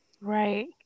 right